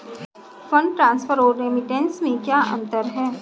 Fund transfer और remittance में क्या अंतर है?